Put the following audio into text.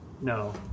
No